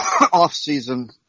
off-season